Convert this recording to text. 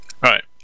right